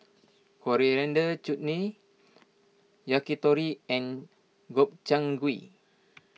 Coriander Chutney Yakitori and Gobchang Gui